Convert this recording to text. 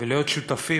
ולהיות שותפים,